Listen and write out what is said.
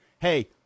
hey